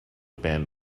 band